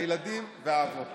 הילדים והאבות.